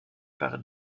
par